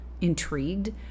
intrigued